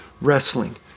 wrestling